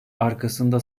arkasında